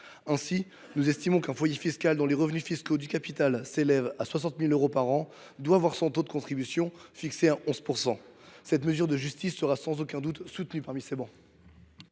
Ainsi, nous estimons qu’un foyer fiscal, dont les revenus fiscaux du capital s’élèvent à 60 000 euros par an, doit voir son taux de contribution fixé à 11 %. Cette mesure de justice sera, sans aucun doute, soutenue sur ces travées.